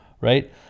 right